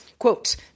Quote